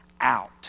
out